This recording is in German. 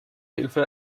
hilfe